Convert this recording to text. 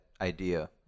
idea